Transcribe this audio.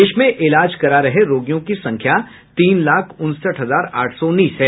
देश में इलाज करा रहे रोगियों की संख्या तीन लाख उनसठ हजार आठ सौ उन्नीस है